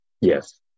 Yes